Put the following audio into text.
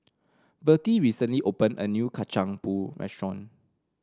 Vertie recently opened a new Kacang Pool restaurant